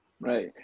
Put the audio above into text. Right